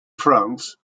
france